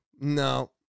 no